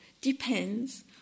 depends